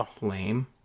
lame